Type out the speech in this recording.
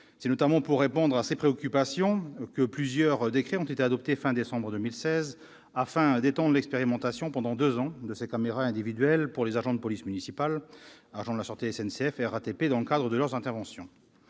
C'est notamment pour répondre à ces préoccupations que plusieurs décrets ont été adoptés à la fin de décembre 2016 afin d'étendre l'expérimentation, pendant deux ans, de ces caméras individuelles par les agents de police municipale et les agents de sûreté de la SNCF et de la RATP dans le cadre de leurs interventions.